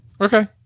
Okay